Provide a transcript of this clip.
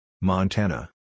Montana